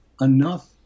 enough